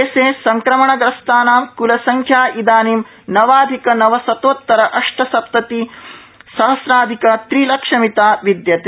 देशे संक्रमणग्रस्तानां क्लसंख्या इदानीं नवाधिक नवशतोतर अष्टसप्तति सहस्राधिक त्रिलक्षमिता विदयते